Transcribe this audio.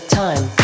time